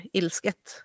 ilsket